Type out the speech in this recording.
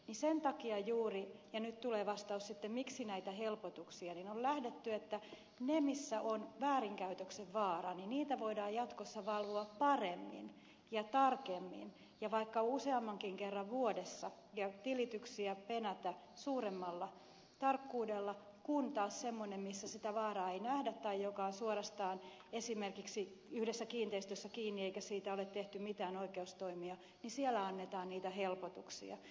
sen takia juuri ja nyt tulee vastaus siihen miksi näitä helpotuksia on lähdetty siitä että niitä missä on väärinkäytöksen vaara voidaan jatkossa valvoa paremmin ja tarkemmin ja vaikka useammankin kerran vuodessa ja tilityksiä penätä suuremmalla tarkkuudella kun taas semmoisessa jossa sitä vaaraa ei nähdä tai joka on suorastaan esimerkiksi yhdessä kiinteistössä kiinni ja josta ei ole tehty mitään oikeustoimia annetaan niitä helpotuksia